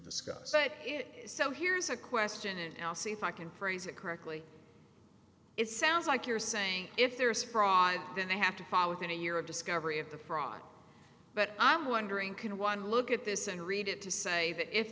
discussed it so here's a question in l c if i can phrase it correctly it sounds like you're saying if there is fraud then they have to fall within a year of discovery of the fraud but i'm wondering can one look at this and read it to say that if